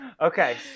Okay